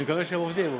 אני מקווה שהם עובדים.